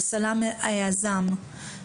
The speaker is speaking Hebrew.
אלה סרטונים שראינו בתחילת הוועדה.